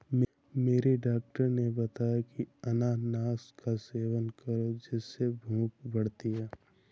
मेरे डॉक्टर ने बताया की अनानास का सेवन करो जिससे भूख बढ़ती है